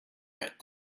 right